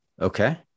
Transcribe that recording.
okay